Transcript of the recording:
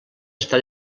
està